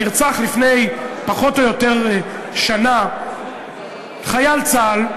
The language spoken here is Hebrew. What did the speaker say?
נרצח לפני פחות או יותר שנה חייל צה"ל,